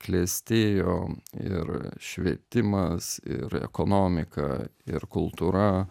klestėjo ir švietimas ir ekonomika ir kultūra